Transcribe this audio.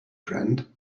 friend